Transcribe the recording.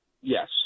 Yes